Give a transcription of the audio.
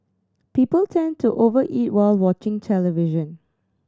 people tend to over eat while watching television